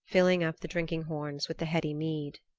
filling up the drinking-horns with the heady mead.